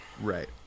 Right